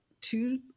two